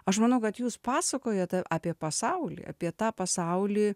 aš manau kad jūs pasakojate apie pasaulį apie tą pasaulį